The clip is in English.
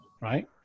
right